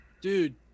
Dude